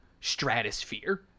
stratosphere